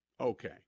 okay